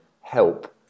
help